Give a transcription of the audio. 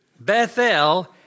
Bethel